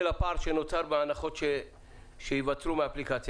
לפער שנוצר בהנחות שייווצרו מהאפליקציה.